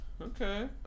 okay